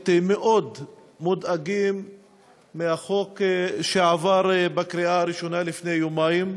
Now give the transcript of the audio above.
מאוד מודאגים מהחוק שעבר בקריאה ראשונה לפני יומיים,